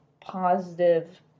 positive